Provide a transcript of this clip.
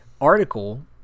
article